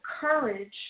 courage